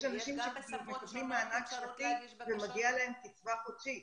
יש אנשים שמקבלים מענק שנתי ומגיעה להם קצבה חודשית,